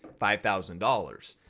five thousand dollars.